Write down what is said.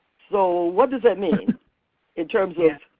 so what does that mean in terms yeah